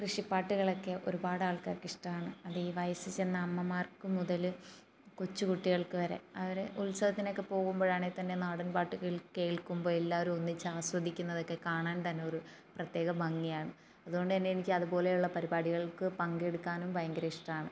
കൃഷിപ്പാട്ടുകളൊക്കെ ഒരുപാട് ആൾക്കാർക്ക് ഇഷ്ടമാണ് അത് ഈ വയസ്സുചെന്ന അമ്മമാർക്ക് മുതൽ കൊച്ചുകുട്ടികൾക്ക് വരെ അവർ ഉത്സവത്തിനൊക്കെ പോകുമ്പോഴാണേൽ തന്നെ നാടൻപാട്ട് കേൾ കേൾക്കുമ്പോൾ എല്ലാവരും ഒന്നിച്ച് ആസ്വദിക്കുന്നതൊക്കെ കാണാൻ തന്നെ ഒരു പ്രത്യേക ഭംഗിയാണ് അതുകൊണ്ട് തന്നെ എനിക്ക് അതുപോലെയുള്ള പരിപാടികൾക്ക് പങ്കെടുക്കാനും ഭയങ്കര ഇഷ്ടമാണ്